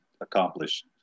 accomplished